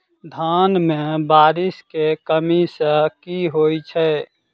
धान मे बारिश केँ कमी सँ की होइ छै?